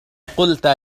قلت